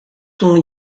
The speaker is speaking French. tons